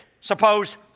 Suppose